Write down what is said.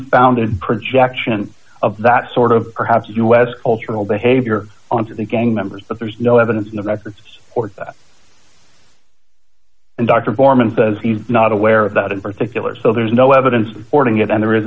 founded projection of that sort of perhaps us cultural behavior onto the gang members but there's no evidence in the records and dr foreman says he's not aware of that in particular so there's no evidence porting it and there is